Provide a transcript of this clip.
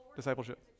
discipleship